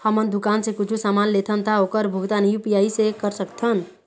हमन दुकान से कुछू समान लेथन ता ओकर भुगतान यू.पी.आई से कर सकथन?